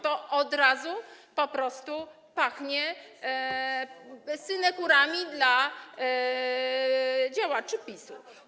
To od razu po prostu pachnie synekurami dla działaczy PiS-u.